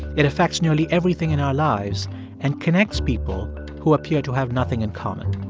it affects nearly everything in our lives and connects people who appear to have nothing in common.